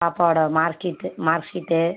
பாப்பாவோட mark sheet mark sheet